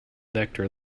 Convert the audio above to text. vector